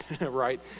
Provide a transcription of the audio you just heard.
right